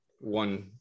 one